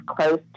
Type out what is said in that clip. close